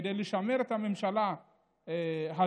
כדי לשמר את הממשלה הזו,